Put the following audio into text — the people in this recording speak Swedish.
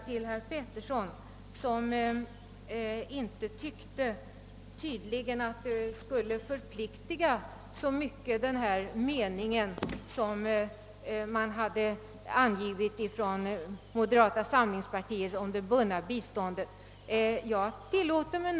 Herr Petersson i Gäddvik tycker tydligen att den mening som moderata samlingspartiet givit uttryck åt om bundet bistånd inte förpliktigar.